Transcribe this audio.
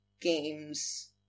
games